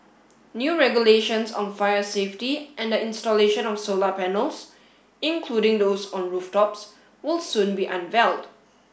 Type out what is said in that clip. new regulations on fire safety and the installation of solar panels including those on rooftops will soon be unveiled